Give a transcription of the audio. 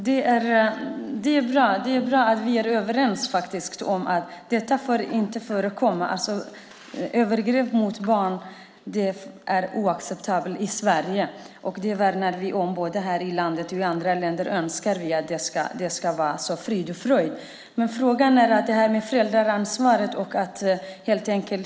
Herr talman! Det är bra att vi är överens om att detta inte får förekomma. Övergrepp mot barn är oacceptabelt i Sverige. Det värnar vi om här i landet och önskar att det ska vara frid och fröjd i andra länder.